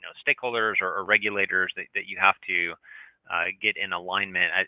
ah stakeholders or or regulators that that you have to get in alignment,